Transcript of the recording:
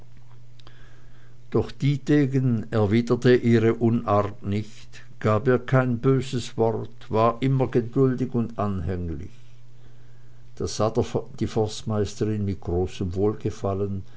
doch dietegen erwiderte ihre unart nicht gab ihr kein böses wort und war immer gleich geduldig und anhänglich das sah die forstmeisterin mit großem wohlgefallen